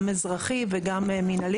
גם אזרחי וגם מנהלי.